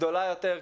גדולה יותר,